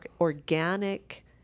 organic